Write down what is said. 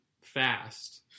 fast